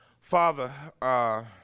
Father